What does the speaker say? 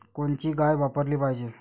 कोनची गाय वापराली पाहिजे?